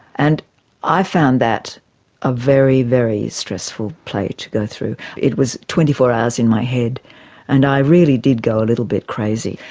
and i found that a very, very stressful play to go through, it was twenty four hours in my head and i really did go a little bit crazy.